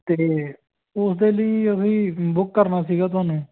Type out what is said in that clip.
ਅਤੇ ਉਸਦੇ ਲਈ ਵੀ ਬੁੱਕ ਕਰਨਾ ਸੀਗਾ ਤੁਹਾਨੂੰ